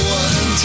one